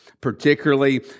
particularly